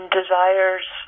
desires